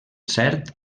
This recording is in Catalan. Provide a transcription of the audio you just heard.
cert